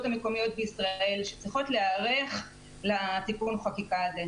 המקומיות בישראל שצריכות להיערך לתיקון החקיקה המדובר.